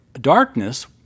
darkness